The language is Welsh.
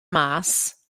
mas